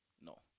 No